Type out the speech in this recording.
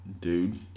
dude